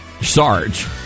Sarge